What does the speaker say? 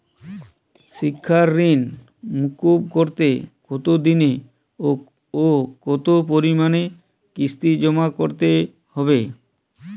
শিক্ষার ঋণ মুকুব করতে কতোদিনে ও কতো পরিমাণে কিস্তি জমা করতে হবে?